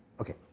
okay